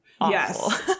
Yes